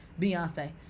beyonce